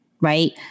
right